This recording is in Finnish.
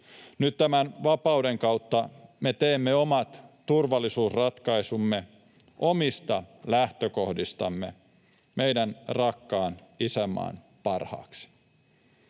Nyt tämän vapauden kautta me teemme omat turvallisuusratkaisumme omista lähtökohdistamme meidän rakkaan isänmaan parhaaksi.